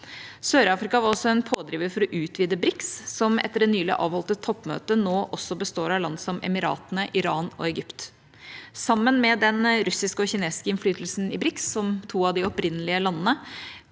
Sør-Afrika var også en pådriver for å utvide BRICS, som etter det nylig avholdte toppmøtet nå også består av land som De forente arabiske emirater, Iran og Egypt. Sammen med den russiske og kinesiske innflytelsen i BRICS, som to av de opprinnelige landene,